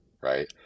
right